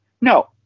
No